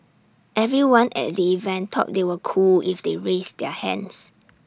everyone at the event thought they were cool if they raised their hands